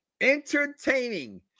Entertaining